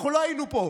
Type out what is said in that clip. אנחנו לא היינו פה.